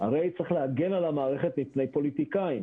הרי צריך להגן על המערכת מפני פוליטיקאים.